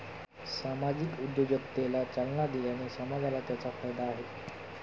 सामाजिक उद्योजकतेला चालना दिल्याने समाजाला त्याचा फायदा आहे